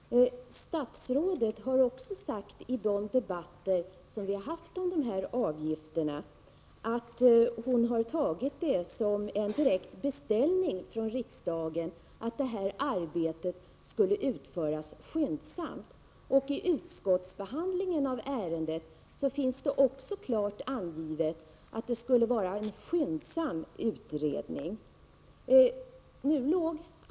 Herr talman! Statsrådet har också sagt i de debatter som vi har haft om de här avgifterna, att hon har tagit det som en direkt beställning från riksdagen att beredningsarbetet skulle utföras skyndsamt. I utskottsbehandlingen av ärendet anges också klart att det skall vara en skyndsam utredning.